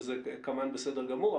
וזה כמובן בסדר גמור.